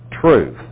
truth